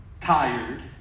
tired